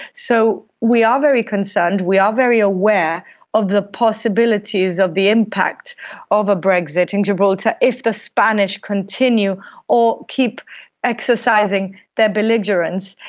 so we are very concerned, we are very aware of the possibilities of the impact of a brexit in gibraltar if the spanish continue or keep exercising their belligerence,